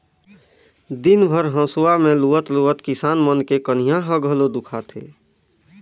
दिन भर हंसुआ में लुवत लुवत किसान मन के कनिहा ह घलो दुखा थे